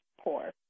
poor